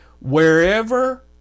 Wherever